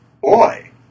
boy